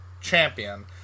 Champion